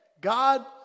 God